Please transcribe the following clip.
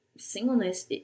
singleness